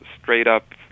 straight-up